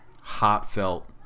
heartfelt